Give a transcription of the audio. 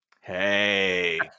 Hey